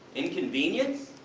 inconvenience?